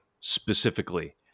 specifically